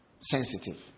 sensitive